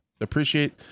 appreciate